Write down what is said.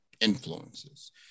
influences